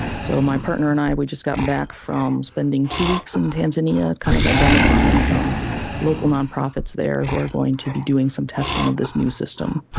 so my partner and i, we've just got back from spending two weeks in tanzania, kind of identifying some local nonprofits there who are going to be doing some testing of this new system.